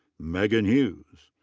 megan hughes.